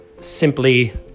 simply